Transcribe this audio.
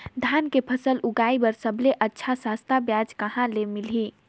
धान के फसल उगाई बार सबले अच्छा सस्ता ब्याज कहा ले मिलही?